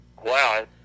Wow